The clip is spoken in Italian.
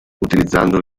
utilizzando